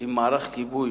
עם מערך כיבוי